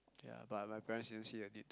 ya but my parents didn't see a need